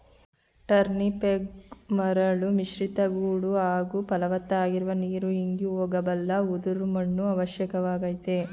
ಟರ್ನಿಪ್ಗೆ ಮರಳು ಮಿಶ್ರಿತ ಗೋಡು ಹಾಗೂ ಫಲವತ್ತಾಗಿರುವ ನೀರು ಇಂಗಿ ಹೋಗಬಲ್ಲ ಉದುರು ಮಣ್ಣು ಅವಶ್ಯಕವಾಗಯ್ತೆ